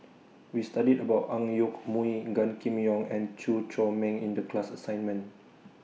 We studied about Ang Yoke Mooi Gan Kim Yong and Chew Chor Meng in The class assignment